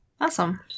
Awesome